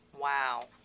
Wow